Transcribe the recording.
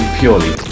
purely